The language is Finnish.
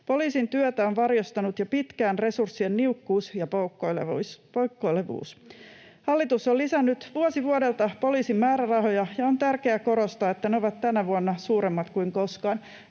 Poliisin työtä on varjostanut jo pitkään resurssien niukkuus ja poukkoilevuus. Hallitus on lisännyt vuosi vuodelta poliisin määrärahoja, ja on tärkeää korostaa, että ne ovat tänä vuonna suuremmat kuin koskaan.